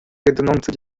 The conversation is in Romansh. radunonza